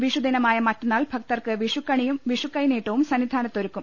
വിഷുദിനമായ മറ്റ ന്നാൾ ഭക്തർക്ക് വിഷുക്കണിയും വിഷുക്കൈനീട്ടവും സന്നി ധാനത്തൊരുക്കും